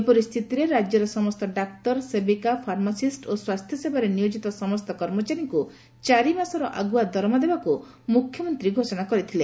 ଏପରି ସ୍ଥିତିରେ ରାକ୍ୟର ସମସ୍ତ ଡାକ୍ତର ସେବିକା ଫର୍ମାସିଷ୍ ଓ ସ୍ୱାସ୍ଥ୍ୟ ସେବାରେ ନିୟୋଜିତ ସମସ୍ତ କର୍ମଚାରୀ ଚାରି ମାସର ଆଗୁଆ ଦରମା ଦେବାକୁ ମୁଖ୍ୟମନ୍ତୀଙ୍କ ତରଫରୁ ଘୋଷଣା ହୋଇଥିଲା